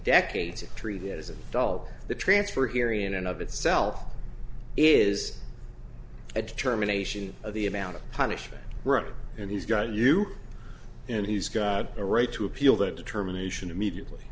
decades of truth is a dollar the transfer here in and of itself is a determination of the amount of punishment right and he's got you and he's got a right to appeal that determination immediately